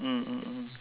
mm mm mm